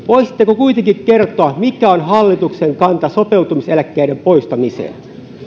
voisitteko kuitenkin kertoa mikä on hallituksen kanta sopeutumiseläkkeiden poistamiseen